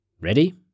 Ready